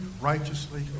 righteously